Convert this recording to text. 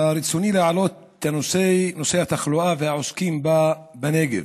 ברצוני להעלות את נושא התחלואה והעוסקים בה בנגב.